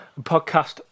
podcast